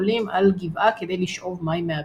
עולים על גבעה כדי לשאוב מים מהבאר.